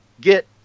get